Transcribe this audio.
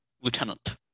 Lieutenant